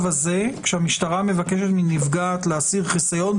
הזה כשהמשטרה מבקשת מנפגעת להסיר חיסיון,